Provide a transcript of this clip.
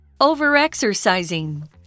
Over-exercising